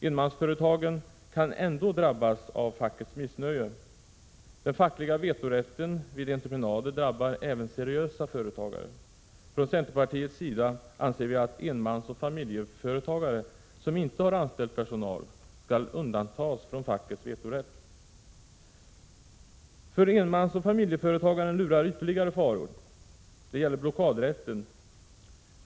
Enmansföretagen kan ändå drabbas av fackets missnöje. Den fackliga vetorätten vid entreprenader drabbar även seriösa företagare. Från centerpartiets sida anser vi att enmansoch familjeföretagare som inte har anställd personal skall undantas från fackets vetorätt. För enmansoch familjeföretagaren lurar ytterligare faror. Det gäller blockadrätten.